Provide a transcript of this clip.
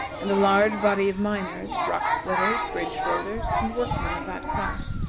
and a large body of miners, rock-splitters, bridge-builders, and workmen of that class,